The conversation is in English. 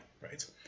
right